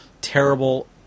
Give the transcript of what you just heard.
terrible